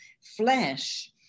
flesh